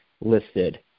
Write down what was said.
listed